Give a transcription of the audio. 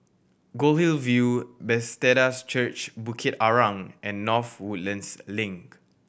Goldhill View Bethesda's Church Bukit Arang and North Woodlands Link